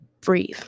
breathe